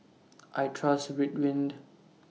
I Trust Ridwind